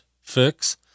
fix